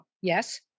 Yes